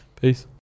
Peace